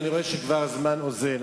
שהזמן אוזל,